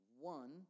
One